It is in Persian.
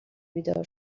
بیدار